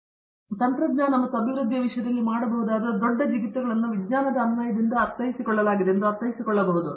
ಒಳ್ಳೆಯದು ಏಕೆಂದರೆ ತಂತ್ರಜ್ಞಾನ ಮತ್ತು ಅಭಿವೃದ್ಧಿಯ ವಿಷಯದಲ್ಲಿ ಮಾಡಬಹುದಾದ ದೊಡ್ಡ ಜಿಗಿತಗಳನ್ನು ವಿಜ್ಞಾನದ ಅನ್ವಯದಿಂದ ಅರ್ಥೈಸಿಕೊಳ್ಳಲಾಗಿದೆ ಎಂದು ಅರ್ಥೈಸಿಕೊಳ್ಳಬಹುದು